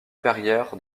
perrière